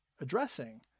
addressing